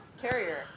Carrier